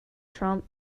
trump